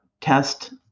test